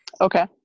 Okay